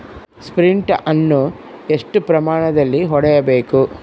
Sprint ಅನ್ನು ಎಷ್ಟು ಪ್ರಮಾಣದಲ್ಲಿ ಹೊಡೆಯಬೇಕು?